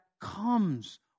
comes